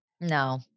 No